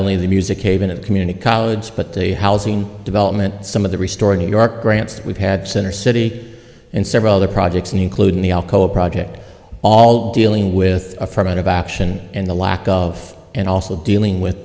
the music a bit of community college but the housing development some of the restored new york grants that we've had center city and several other projects including the alcoa project all dealing with affirmative action and the lack of and also dealing with